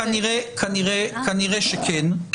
כנראה שכן.